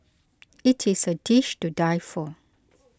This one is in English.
it is a dish to die for